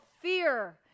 fear